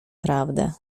prawdę